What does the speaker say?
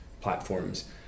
platforms